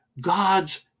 God's